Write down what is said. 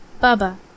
Baba